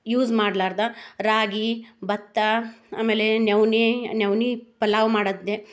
use ಮಾಡಲಾರ್ದೆ ರಾಗಿ ಭತ್ತ ಆಮೇಲೆ ನವ್ಣೆ ನವ್ಣೆ ಪಲಾವ್ ಮಾಡೋದನ್ನೆ